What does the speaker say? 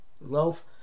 loaf